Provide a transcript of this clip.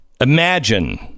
Imagine